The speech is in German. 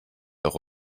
auch